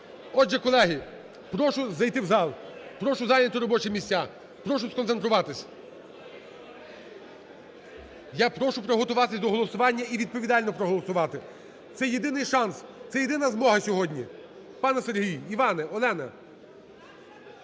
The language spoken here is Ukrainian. Отже, колеги, прошу зайти в зал, прошу зайняти робочі місця, прошу сконцентруватися. Я прошу приготуватись до голосування і відповідально проголосувати. Це єдиний шанс, це єдина змога сьогодні. Пане Сергій, Іване, Олена.